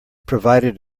provided